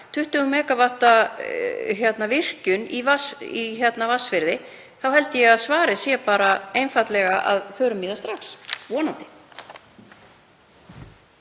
20 MW virkjun í Vatnsfirði, held ég að svarið sé bara einfaldlega: Förum í það strax, vonandi.